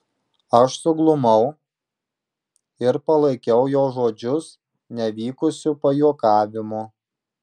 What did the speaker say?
aš suglumau ir palaikiau jo žodžius nevykusiu pajuokavimu